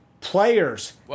Players